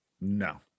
No